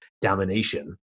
domination